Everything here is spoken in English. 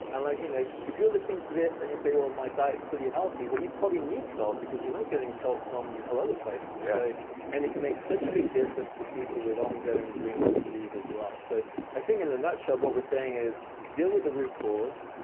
and like you know if you're listening to this and you say, well, my diet's pretty healthy, you probably need salt because you're not getting salt from a lot of the places. yeah and it can make such a big difference to people with ongoing adrenal fatigue as well. so i think, in a nutshell, what we're saying is deal with the root cause,